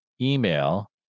email